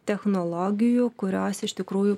technologijų kurios iš tikrųjų